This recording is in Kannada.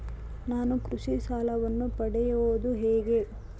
ನಾನು ಕೃಷಿ ಸಾಲವನ್ನು ಪಡೆಯೋದು ಹೇಗೆ?